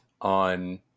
on